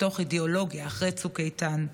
מתוך אידיאולוגיה, אחרי צוק איתן.